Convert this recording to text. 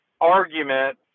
argument